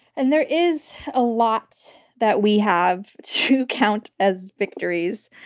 and there is a lot that we have to count as victories.